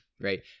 Right